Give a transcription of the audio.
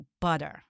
butter